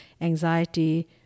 Anxiety